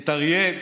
את אריאל?